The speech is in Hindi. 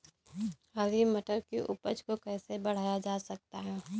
हरी मटर की उपज को कैसे बढ़ाया जा सकता है?